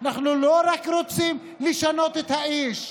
אנחנו לא רוצים לשנות רק את האיש.